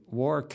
war